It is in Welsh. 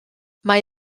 mae